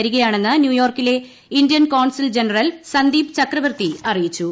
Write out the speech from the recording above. വരികയാണെന്ന് ന്യൂയോർക്കിലെ Indian consul general Sandeep Chakravarty അറിയിച്ചു